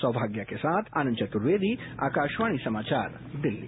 सीमाग्य के साथ आनंद चतुर्वेदी आकाशवाणी समाचार दिल्ली